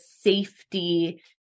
safety